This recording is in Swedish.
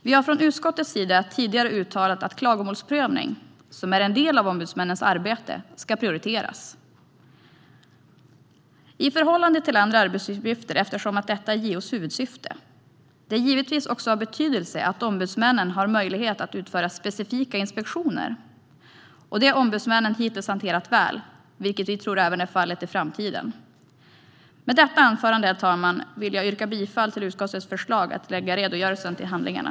Vi har från utskottets sida, tidigare uttalat att klagomålsprövning - som är en del av ombudsmännens arbete - ska prioriteras i förhållande till andra arbetsuppgifter eftersom detta är JO:s huvudsyfte. Det är givetvis också av betydelse att ombudsmännen har möjlighet att utföra specifika inspektioner, och det har ombudsmännen hittills hanterat väl, vilket vi tror även är fallet i framtiden. Herr talman! Med detta anförande vill jag yrka bifall till utskottets förslag att lägga redogörelsen till handlingarna.